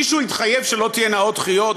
מישהו התחייב שלא תהיינה עוד דחיות?